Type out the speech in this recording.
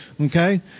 Okay